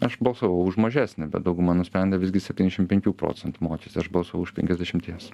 aš balsavau už mažesnį bet dauguma nusprendė visgi septyniasdešim penkių procentų mokestį aš balsavau už penkiasdešimties